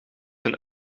een